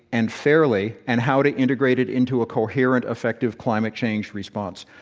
and fairly, and how to integrate it into a coherent, effective climate-change response.